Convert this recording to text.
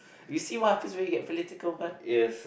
you see what happens when we get political man